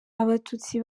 abatutsi